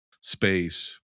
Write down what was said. space